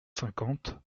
cinquante